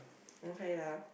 okay lah